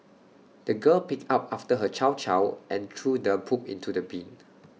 the girl picked up after her chow chow and threw the poop into the bin